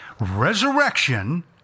resurrection